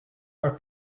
are